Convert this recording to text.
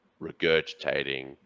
regurgitating